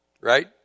Right